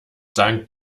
dank